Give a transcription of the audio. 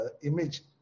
image